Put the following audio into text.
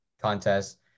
contest